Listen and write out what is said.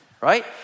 right